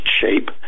shape